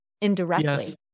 indirectly